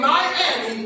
Miami